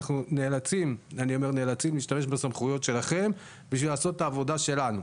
שאנחנו נאלצים להשתמש בסמכויות שלהם כדי לעשות את העבודה שלנו.